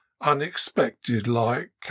unexpected-like